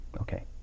okay